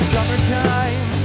Summertime